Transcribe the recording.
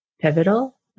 pivotal